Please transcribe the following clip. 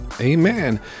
Amen